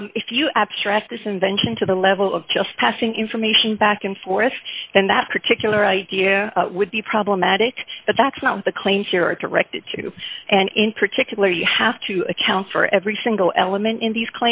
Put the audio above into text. invention to the level of just passing information back and forth then that particular idea would be problematic but that's not the claims here are directed to and in particular you have to account for every single element in these